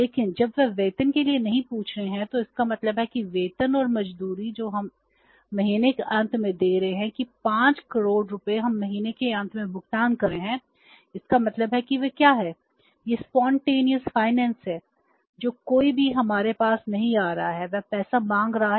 लेकिन जब वे वेतन के लिए नहीं पूछ रहे हैं तो इसका मतलब है कि वेतन और मजदूरी जो हम महीने के अंत में दे रहे हैं कि 5 करोड़ रुपये हम महीने के अंत में भुगतान कर रहे हैं इसका मतलब है कि वह क्या है